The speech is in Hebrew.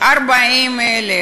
40,000,